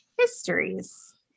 histories